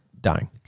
dying